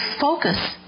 focus